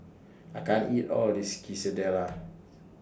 I can't eat All of This Quesadillas